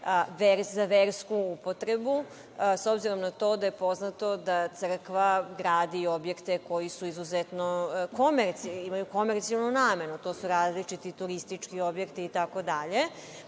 za versku upotrebu, s obzirom na to da je poznato da crkva gradi objekte koji imaju komercijalnu namenu. To su različiti turistički objekti